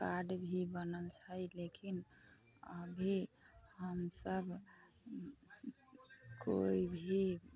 card भी बनल छै लेकिन अभी हमसब कोइ भी